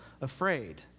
afraid